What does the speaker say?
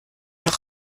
noch